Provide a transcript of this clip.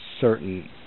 certain